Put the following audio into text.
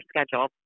schedule